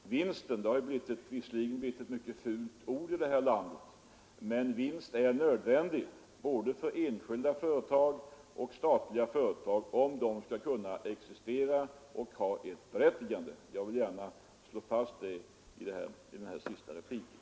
Vinst har visserligen blivit ett mycket fult ord i det här landet, men vinst är nödvändig både för enskilda och statliga företag om de skall kunna existera och ha ett berättigande. Jag vill gärna slå fast det i min sista replik i detta ärende.